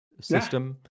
system